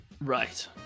Right